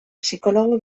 psikologo